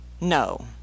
No